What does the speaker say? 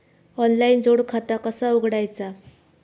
Online जोड खाता कसा उघडायचा?